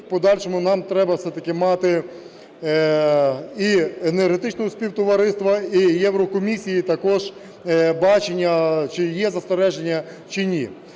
в подальшому нам треба все-таки мати і Енергетичного Співтовариства, і Єврокомісії також бачення, чи є застереження, чи ні.